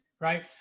right